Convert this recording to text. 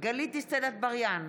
גלית דיסטל אטבריאן,